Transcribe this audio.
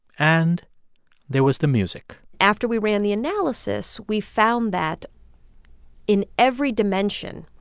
and there was the music after we ran the analysis, we found that in every dimension,